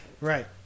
Right